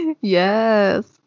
Yes